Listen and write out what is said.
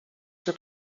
się